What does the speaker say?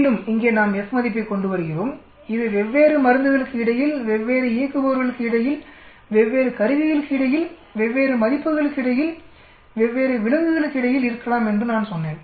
மீண்டும் இங்கே நாம் F மதிப்பைக் கொண்டு வருகிறோம் இது வெவ்வேறு மருந்துகளுக்கு இடையில் வெவ்வேறு இயக்குபவர்களுக்கு இடையில் வெவ்வேறு கருவிகளுக்கு இடையில் வெவ்வேறு மதிப்புகளுக்கு இடையில் வெவ்வேறு விலங்குகளுக்கு இடையில் இருக்கலாம் என்று நான் சொன்னேன்